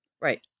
Right